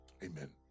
Amen